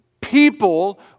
People